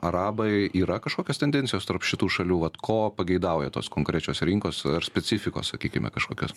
arabai yra kažkokios tendencijos tarp šitų šalių vat ko pageidauja tos konkrečios rinkos specifikos sakykime kažkokios